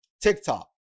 TikTok